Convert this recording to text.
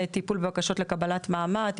טיפול בבקשות לקבלת מעמד,